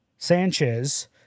Sanchez